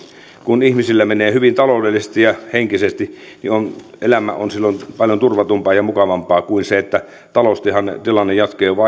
kun ihmisillä menee hyvin taloudellisesti ja henkisesti niin elämä on silloin paljon turvatumpaa ja mukavampaa kuin silloin jos taloustilanne jatkuu